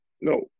No